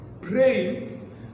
praying